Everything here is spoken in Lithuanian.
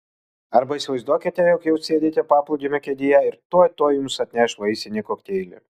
arba įsivaizduokite jog jau sėdite paplūdimio kėdėje ir tuoj tuoj jums atneš vaisinį kokteilį